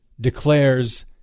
declares